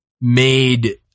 made